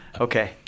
Okay